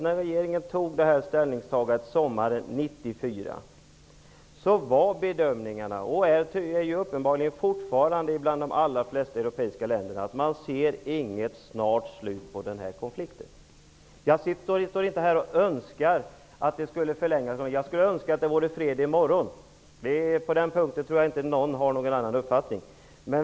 När regeringen gjorde sitt ställningstagande sommaren 1994 var bedömningen den -- och är det uppenbarligen fortfarande i de allra flesta europeiska länder -- att man inte ser något snart slut på konflikten. Jag önskar inte att den skulle förlängas. Jag skulle önska att det vore fred i morgon, och jag tror inte att någon har någon annan uppfattning på den punkten.